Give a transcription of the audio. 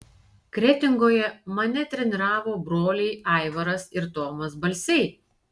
kretingoje mane treniravo broliai aivaras ir tomas balsiai